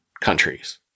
countries